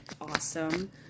awesome